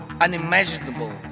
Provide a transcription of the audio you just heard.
unimaginable